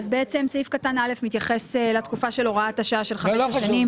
אז בעצם סעיף קטן (א) מתייחס לתקופה של הוראת השעה של חמש שנים.